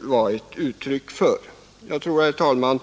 var ju ett uttryck för denna strävan. Herr talman!